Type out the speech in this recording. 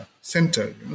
center